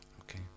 Okay